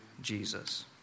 Jesus